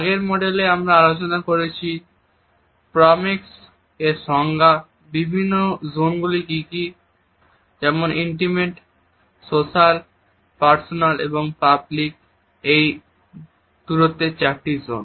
আগের মডেলের আমরা আলোচনা করেছি প্রক্সেমিকস এর সংজ্ঞা বিভিন্ন জোনগুলি কি কি যেমন ইন্টিমেট সোশ্যাল পার্সোনাল এবং পাবলিক দূরত্বের চারটি জোন